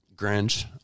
Grinch